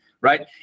right